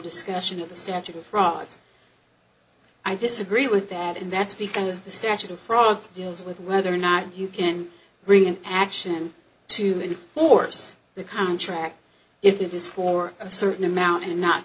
discussion of the statical frauds i disagree with that and that's because the statute of frauds deals with whether or not you can bring an action to force the contract if it is for a certain amount and not